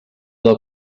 del